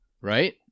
right